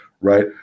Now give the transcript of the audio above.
right